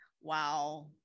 Wow